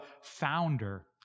founder